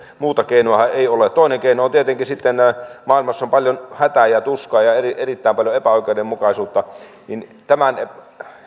muuta keinoahan ei ole toinen keino on tietenkin sitten kun maailmassa on paljon hätää ja tuskaa ja erittäin paljon epäoikeudenmukaisuutta että tämän